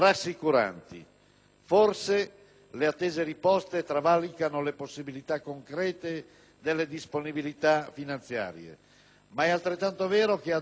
Forse le attese riposte travalicano le possibilità concrete della disponibilità finanziaria, ma è altrettanto vero che ad uno